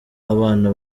abana